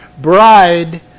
bride